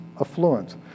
affluence